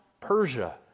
Persia